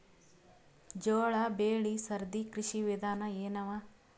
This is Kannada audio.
ಜೋಳ ಬೆಳಿ ಸರದಿ ಕೃಷಿ ವಿಧಾನ ಎನವ?